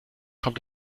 kommt